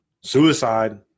suicide